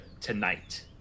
tonight